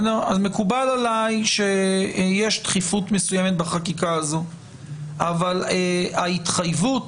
מקובל עלי שיש דחיפות מסוימת בחקיקה הזאת אבל ההתחייבות